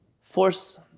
force